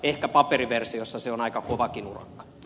ehkä paperiversiossa se on aika kovakin urakka